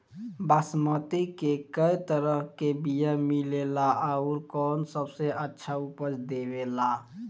बासमती के कै तरह के बीया मिलेला आउर कौन सबसे अच्छा उपज देवेला?